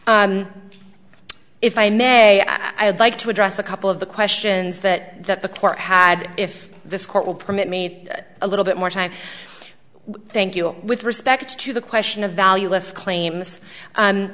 if i may i'd like to address a couple of the questions that the court had if this court will permit me a little bit more time thank you with respect to the question of valueless claims